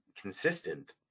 consistent